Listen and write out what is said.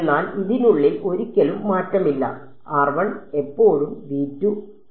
എന്നാൽ ഇതിനുള്ളിൽ ഒരിക്കലും മാറ്റമില്ല എപ്പോഴും പെടുന്നു